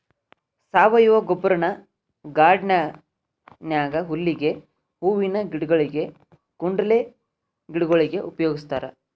ಸಾವಯವ ಗೊಬ್ಬರನ ಗಾರ್ಡನ್ ನ್ಯಾಗ ಹುಲ್ಲಿಗೆ, ಹೂವಿನ ಗಿಡಗೊಳಿಗೆ, ಕುಂಡಲೆ ಗಿಡಗೊಳಿಗೆ ಉಪಯೋಗಸ್ತಾರ